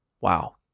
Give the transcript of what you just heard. Wow